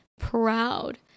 proud